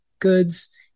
goods